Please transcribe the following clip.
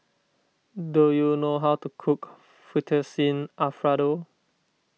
do you know how to cook Fettuccine Alfredo